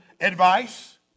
advice